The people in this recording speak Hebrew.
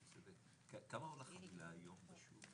כמה עולה חבילה היום בשוק?